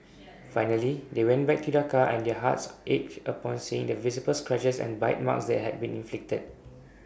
finally they went back to their car and their hearts ached upon seeing the visible scratches and bite marks that had been inflicted